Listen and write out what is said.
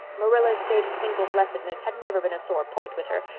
marilla's state of single blessedness had never been a sore point with her,